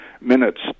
minutes